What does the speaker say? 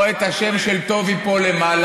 או את השם של טובי פה למעלה,